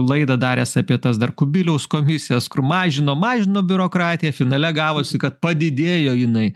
laidą daręs apie tas dar kubiliaus komisijas kur mažino mažino biurokratiją finale gavusi kad padidėjo jinai